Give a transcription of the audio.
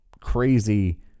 crazy